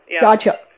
Gotcha